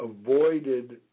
avoided